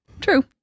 True